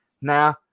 now